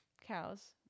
Cows